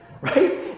right